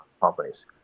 companies